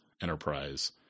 enterprise